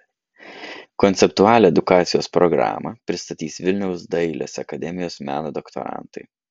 konceptualią edukacijos programą pristatys vilniaus dailės akademijos meno doktorantai